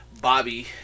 Bobby